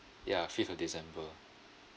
ya fifth of december